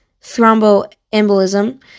thromboembolism